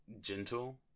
gentle